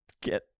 Get